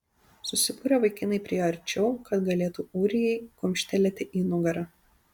susibūrę vaikinai priėjo arčiau kad galėtų ūrijai kumštelėti į nugarą